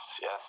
yes